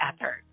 effort